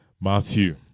Matthew